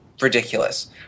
ridiculous